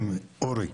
אורי.